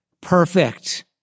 perfect